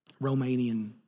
Romanian